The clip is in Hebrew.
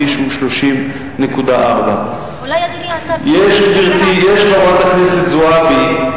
חבר הכנסת מסעוד גנאים, יש לך דקה.